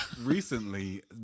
recently